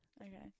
Okay